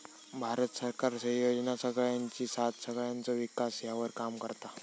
भारत सरकारचे योजना सगळ्यांची साथ सगळ्यांचो विकास ह्यावर काम करता